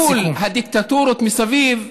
אל מול הדיקטטורות מסביב,